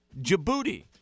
Djibouti